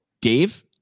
Dave